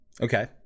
okay